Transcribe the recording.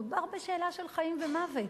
מדובר בשאלה של חיים ומוות.